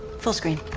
full screen.